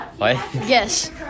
yes